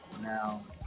Now